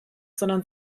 sondern